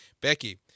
Becky